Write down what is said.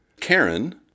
Karen